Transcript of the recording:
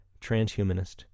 transhumanist